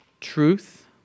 Truth